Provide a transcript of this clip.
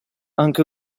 anche